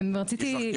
אני רוצה רק